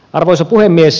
arvoisa puhemies